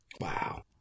Wow